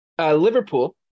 Liverpool